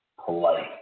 polite